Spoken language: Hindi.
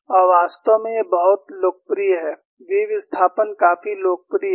और वास्तव में यह बहुत लोकप्रिय है v विस्थापन काफी लोकप्रिय है